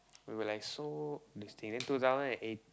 we were like so then two thousand and eight